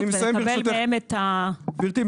ונקבל מהם את ההתייחסות למה --- גבירתי,